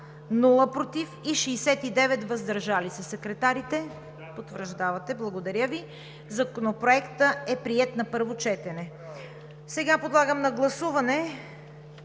против, 69 въздържали се. Секретарите? Потвърждавате. Благодаря Ви. Законопроектът е приет на първо четене. Сега подлагам на гласуване